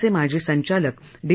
चे माजी संचालक डी